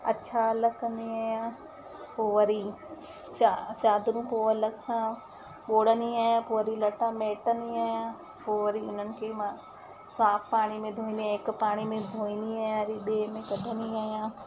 अछा अलॻि कंदी आहियां पोइ वरी च चादरूं पोइ अलॻि सां ॿोड़िंदा आहियां पोइ वरी लट्टा महटंदी आहियां पोइ वरी उन्हनि खे मां साफ़ पाणी में धोईंदी आहियां हिक पाणी में धोईंदी आहियां वरी ॿिए में कढंदी आहियां